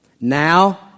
Now